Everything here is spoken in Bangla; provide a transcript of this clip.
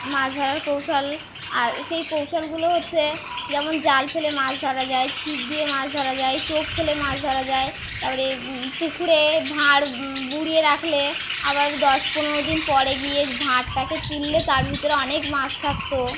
মাছ ধরার কৌশল আর সেই কৌশলগুলো হচ্ছে যেমন জাল ফেলে মাছ ধরা যায় ছিপ দিয়ে মাছ ধরা যায় টোপ ফেলে মাছ ধরা যায় তারপরে পুকুরে ভাঁড় রাখলে আবার দশ পনেরো দিন পরে গিয়ে ভাঁড়টাকে তুললে তার ভিতরে অনেক মাছ থাকতো